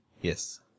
Yes